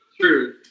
true